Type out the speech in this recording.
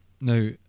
Now